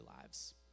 lives